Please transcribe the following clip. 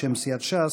בשם סיעת ש"ס,